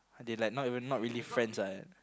they like not even not really friends ah